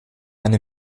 eine